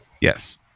yes